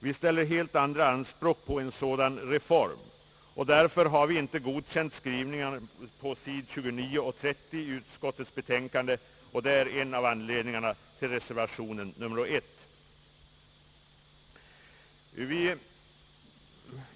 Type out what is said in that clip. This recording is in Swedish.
Vi ställer helt andra anspråk på en sådan reform. Därför har vi inte godkänt skrivningen på sidorna 29 och 30 i utskottets betänkande. Det är en av anledningarna till reservation nr 1.